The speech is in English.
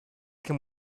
can